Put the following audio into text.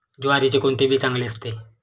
ज्वारीचे कोणते बी चांगले असते?